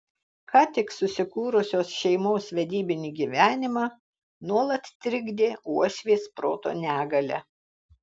ką tik susikūrusios šeimos vedybinį gyvenimą nuolat trikdė uošvės proto negalia